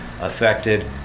affected